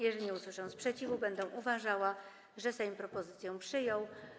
Jeżeli nie usłyszę sprzeciwu, będę uważała, że Sejm propozycję przyjął.